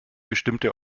bestimmte